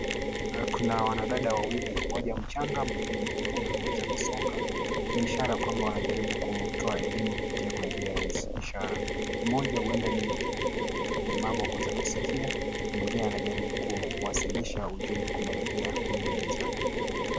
Kuna wanadada wawili, mmoja mchanga mwingine mwenye umri umeweza kusonga. Ni ishara kwamba wanajaribu kutoa elimu kupitia kwa njia ya ishara. Mmoja huenda ni mlemavu wa kuweza kusikia, mwingine anajaribu kuwasirisha ujumbe kumwelekea huyu mwenzake.